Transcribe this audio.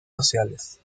sociales